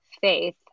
faith